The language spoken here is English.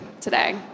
today